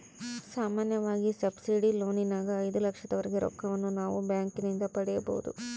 ಸಾಮಾನ್ಯವಾಗಿ ಸಬ್ಸಿಡಿ ಲೋನಿನಗ ಐದು ಲಕ್ಷದವರೆಗೆ ರೊಕ್ಕವನ್ನು ನಾವು ಬ್ಯಾಂಕಿನಿಂದ ಪಡೆಯಬೊದು